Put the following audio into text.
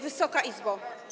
Wysoka Izbo!